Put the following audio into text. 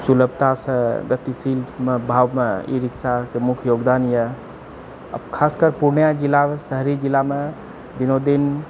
सुलभतासँ गतिशील भावमे ई रिक्शाके मुख्य योगदान यऽ आब खासकर पूर्णियाँ जिलामे शहरी जिलामे दिनोदिन